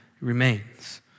remains